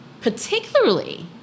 particularly